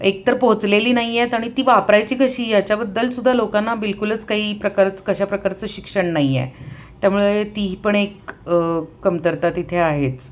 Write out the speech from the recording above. एकतर पोचलेली नाही आहेत आणि ती वापरायची कशी याच्याबद्दलसुद्धा लोकांना बिलकुलच काही प्रकारच कशा प्रकारचं शिक्षण नाही आहे त्यामुळे ती ही पण एक कमतरता तिथे आहेच